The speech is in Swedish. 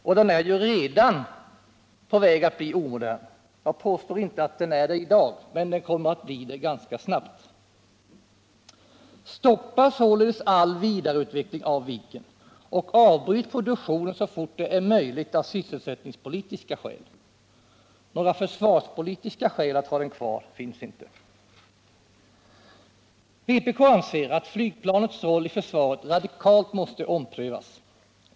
Och den är redan på väg att bli omodern. Jag påstår inte att den är det i dag, men den kommer att bli det ganska snart. Stoppa således all vidareutveckling av Viggen och avbryt produktionen så fort det är möjligt av sysselsättningspolitiska skäl! Några försvarspolitiska skäl att ha den kvar finns inte. Vpk anser att flygvapnets roll i försvaret radikalt måste omprövas.